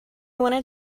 wanted